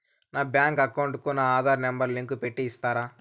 నా bank account కు నా ఆధార్ నెంబర్ లింకు పెట్టి ఇస్తారా?